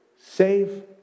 save